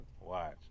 Watch